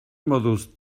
moduz